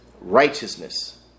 righteousness